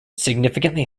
significantly